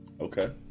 Okay